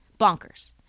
bonkers